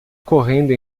correndo